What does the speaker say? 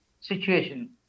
situation